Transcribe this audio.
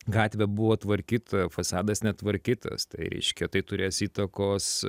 gatvė buvo tvarkyta fasadas netvarkytas tai reiškia tai turės įtakos